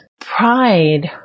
pride